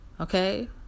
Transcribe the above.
Okay